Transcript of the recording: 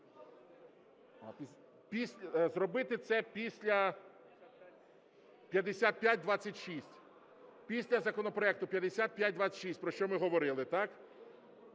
зробити це після 5526, після законопроекту 5526, про що ми говорили, так.